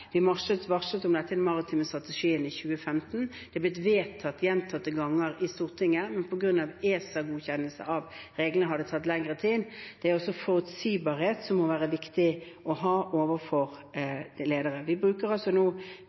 Vi varslet om dette i den maritime strategien i 2015. Det har blitt vedtatt gjentatte ganger i Stortinget, men på grunn av ESA-godkjennelse av reglene har det tatt lengre tid. Det er også en forutsigbarhet som er viktig å ha overfor ledere. Vi bruker nå